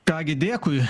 ką gi dėkui